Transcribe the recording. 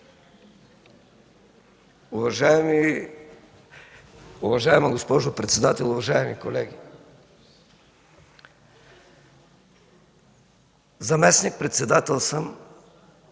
(ДПС): Уважаема госпожо председател, уважаеми колеги! Заместник-председател съм